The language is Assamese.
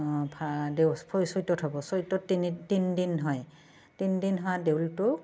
ফা দেউচ ফ চৈতত হ'ব চৈতত তিনি তিনিদিন হয় তিনিদিন হোৱা দেউলটো